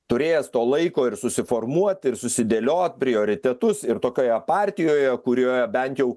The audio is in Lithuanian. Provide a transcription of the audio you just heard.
turėjęs to laiko ir susiformuoti ir susidėliot prioritetus ir tokioje partijoje kurioje bent jau